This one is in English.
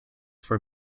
for